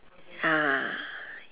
ah